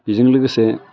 बेजों लोगोसे